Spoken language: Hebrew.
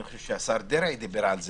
אני חושב שהששר דרעי דיבר על זה,